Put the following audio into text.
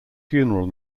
funeral